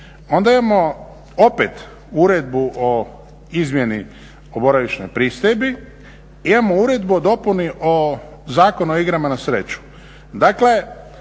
Onda imamo opet Uredbu o izmjeni o boravišnoj pristojbi, imao Uredbu o dopuni Zakona o igrama na sreću.